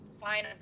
fine